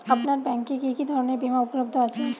আপনার ব্যাঙ্ক এ কি কি ধরনের বিমা উপলব্ধ আছে?